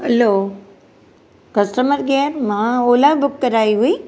hello customer care मां Ola book कराई हुई